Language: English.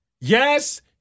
Yes